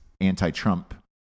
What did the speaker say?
anti-Trump